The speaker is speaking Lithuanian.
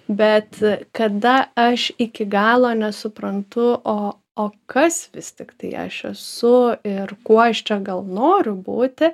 bet kada aš iki galo nesuprantu o o kas vis tiktai aš esu ir kuo aš čia gal noriu būti